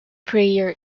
prayer